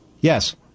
Yes